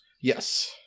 Yes